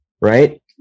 right